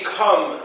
come